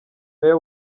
meya